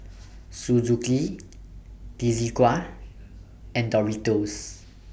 Suzuki Desigual and Doritos